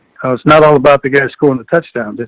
i was not all about the guys school and the touchdown. but